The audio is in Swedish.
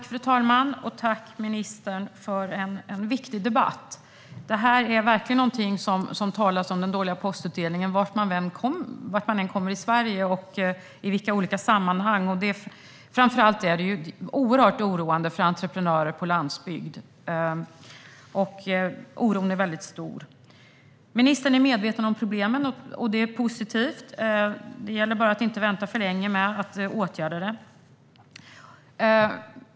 Fru talman! Tack, ministern, för en viktig debatt! Den dåliga postutdelningen är verkligen någonting som det talas om vart man än kommer i Sverige, i olika sammanhang. Framför allt är oron väldigt stor hos entreprenörer på landsbygden. Ministern är medveten om problemen, och det är positivt. Det gäller bara att inte vänta för länge med att åtgärda dem.